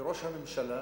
וראש הממשלה